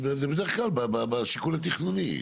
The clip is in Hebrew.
זה מקרה פרטי של אותה תוכנית.